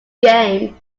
game